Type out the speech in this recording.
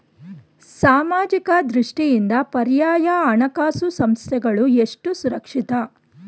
ಸಾಮಾಜಿಕ ದೃಷ್ಟಿಯಿಂದ ಪರ್ಯಾಯ ಹಣಕಾಸು ಸಂಸ್ಥೆಗಳು ಎಷ್ಟು ಸುರಕ್ಷಿತ?